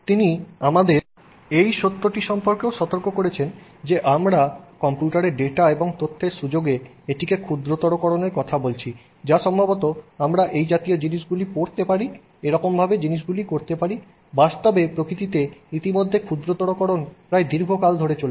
তিনি আমাদের এই সত্যটি সম্পর্কেও সতর্ক করেছেন যে আমরা কম্পিউটার ডেটা এবং তথ্যের সুযোগে এটিতে ক্ষুদ্রতরকরণের কথা বলছি যা সম্ভবত আমরা এই জাতীয় জিনিসগুলি পড়তে পারি এরকমভাবে জিনিসগুলো করতে পারি বাস্তবে প্রকৃতিতে ইতিমধ্যে ক্ষুদ্রতরকরণ প্রায় দীর্ঘকাল ধরে ছিল